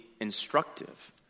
instructive